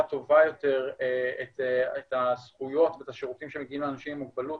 טובה יותר את הזכויות ואת השירותים שמגיעים לאנשים עם מוגבלות